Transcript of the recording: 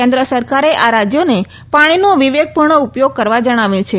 કેન્દ્ર સરકારે આ રાજ્યોને પાણીનો વિવેકપૂર્ણ ઉપયોગ કરવા જણાવ્યું છે